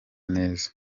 neza